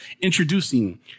introducing